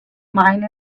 mine